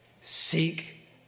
Seek